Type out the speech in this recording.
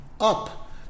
up